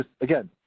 again